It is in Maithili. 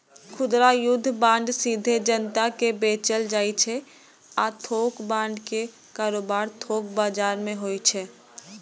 खुदरा युद्ध बांड सीधे जनता कें बेचल जाइ छै आ थोक बांड के कारोबार थोक बाजार मे होइ छै